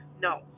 no